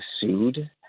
sued